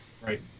Right